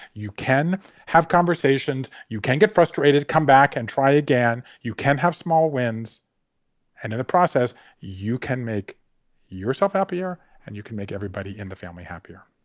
you can have conversations, you can get frustrated, come back and try again. you can have small wins and in the process you can make yourself happier and you can make everybody in the family happier